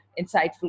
insightful